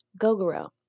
Gogoro